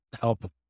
help